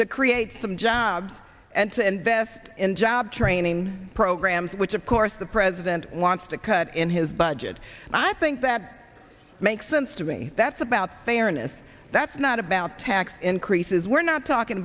to create some jobs and to invest in job training programs which of course the president wants to cut in his budget i think that makes sense to me that's about fairness that's not about tax increases we're not talking